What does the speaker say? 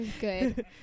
Good